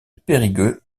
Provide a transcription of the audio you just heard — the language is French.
périgueux